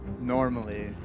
Normally